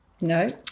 No